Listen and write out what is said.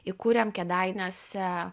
įkūrėm kėdainiuose